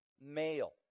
male